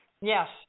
Yes